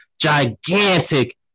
gigantic